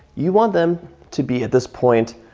you want them to be at this point,